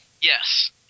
Yes